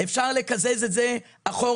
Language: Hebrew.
אפשר לקזז את זה אחורה.